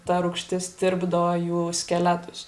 ta rūgštis tirpdo jų skeletus